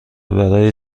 برای